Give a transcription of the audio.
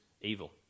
evil